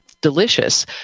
delicious